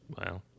Wow